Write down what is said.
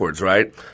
right